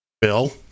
Bill